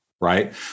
Right